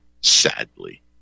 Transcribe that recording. sadly